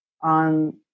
on